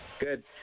Good